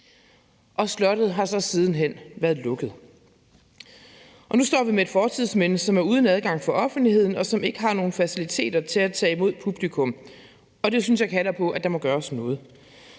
slottet har så siden hen været lukket. Og nu står vi med et fortidsminde, som er uden adgang for offentligheden, og som ikke har nogen faciliteter til at tage imod publikum, og det synes jeg kalder på, at der må gøres noget.